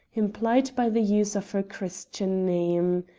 implied by the use of her christian name.